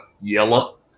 yellow